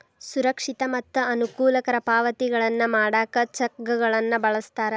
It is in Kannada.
ಸುರಕ್ಷಿತ ಮತ್ತ ಅನುಕೂಲಕರ ಪಾವತಿಗಳನ್ನ ಮಾಡಾಕ ಚೆಕ್ಗಳನ್ನ ಬಳಸ್ತಾರ